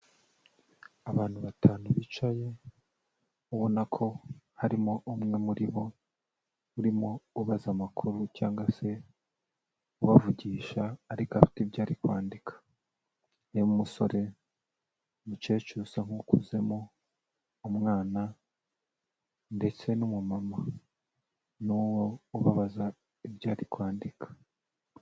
Abantu batanu bicaye ubona ko harimo umwe muri bo urimo ubaza amakuru cyangwa se ubavugisha ariko afite ibyo ari kwandika, ni musore, umukecuru usa nk'ukuzemo, umwana ndetse n'umumama n'uwo ubabaza ibyo ari kwandika.